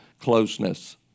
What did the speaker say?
closeness